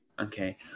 Okay